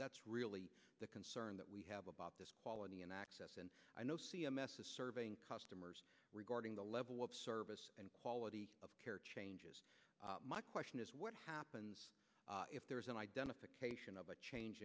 that's really the concern that we have about this quality and access and i know c m s is serving customers regarding the level of service and quality of care changes my question is what happens if there is an identification of a change